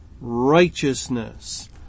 righteousness